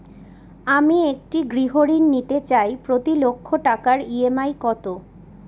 আমি একটি গৃহঋণ নিতে চাই প্রতি লক্ষ টাকার ই.এম.আই কত?